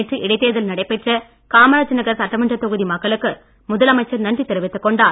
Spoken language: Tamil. நேற்று இடைத்தேர்தல் நடைபெற்ற காமராஜ் நகர் சட்டமன்றத் தொகுதி மக்களுக்கு முதலமைச்சர் நன்றி தெரிவித்துக் கொண்டார்